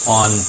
on